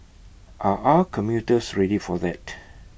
are our commuters ready for that